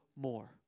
more